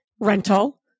rental